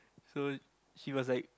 so he was like